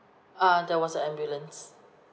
uh there was a ambulance